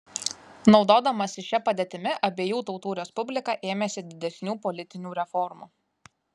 naudodamasi šia padėtimi abiejų tautų respublika ėmėsi didesnių politinių reformų